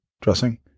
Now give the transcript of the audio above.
Dressing